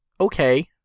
okay